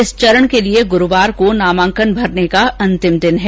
इस चरण के लिए गुरूवार को नामांकन भरने का अंतिम दिन है